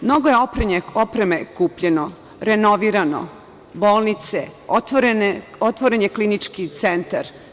Mnogo je opreme kupljeno, renovirano, bolnice, otvoren je klinički centar.